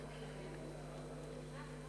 אדוני היושב-ראש,